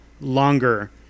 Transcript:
longer